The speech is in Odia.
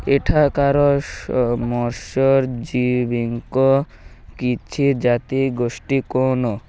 ଏଠାକାର ମସର୍ ଜୀବିଙ୍କ କିଛି ଜାତି ଗୋଷ୍ଠୀ କନ